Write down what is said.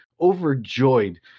overjoyed